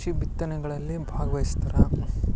ಕೃಷಿ ಬಿತ್ತನೆಗಳಲ್ಲಿ ಭಾಗ್ವಹಿಸ್ತಾರ